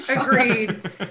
Agreed